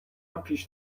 پیش